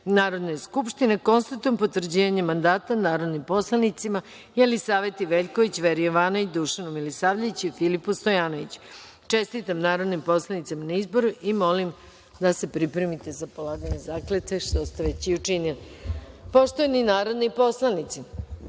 Narodne skupštine, konstatujem potvrđivanje mandata narodnim poslanicima Jelisaveti Veljković, Veri Jovanović, Dušanu Milisavljeviću i Filipu Stojanoviću. Čestitam narodnim poslanicima na izboru i molim da se pripremite za polaganje zakletve, što ste već i učinili. Poštovani narodni poslanici,